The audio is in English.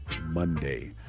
Monday